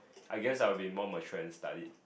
I guess I would be more matured and studied